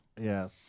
Yes